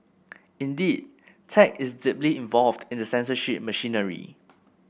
indeed tech is deeply involved in the censorship machinery